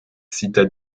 cita